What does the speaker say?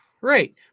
right